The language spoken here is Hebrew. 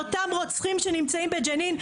על אותם רוצחים שנמצאים בג'נין,